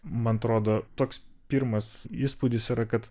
man atrodo toks pirmas įspūdis yra kad